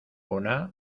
una